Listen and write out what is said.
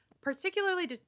particularly